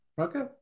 okay